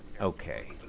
Okay